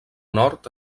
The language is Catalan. nord